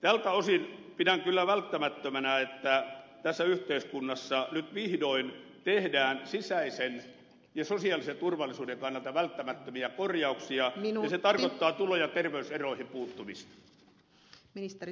tältä osin pidän kyllä välttämättömänä että tässä yhteiskunnassa nyt vihdoin tehdään sisäisen ja sosiaalisen turvallisuuden kannalta välttämättömiä korjauksia ja se tarkoittaa tulo ja terveyseroihin puuttumista